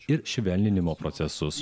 ir švelninimo procesus